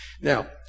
Now